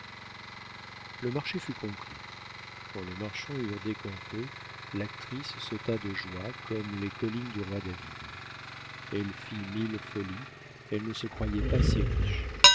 le marché fut conclu quand les marchands eurent décampé l'actrice sauta de joie comme les collines du roi david elle fit mille folies elle ne se croyait pas si riche